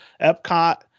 Epcot